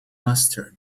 mustard